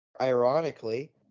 ironically